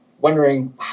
wondering